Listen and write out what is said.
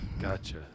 Gotcha